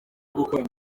gukorana